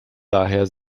daher